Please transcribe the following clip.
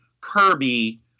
Kirby